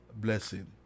blessing